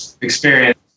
Experience